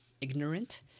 ignorant